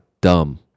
dumb